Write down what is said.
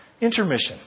Intermission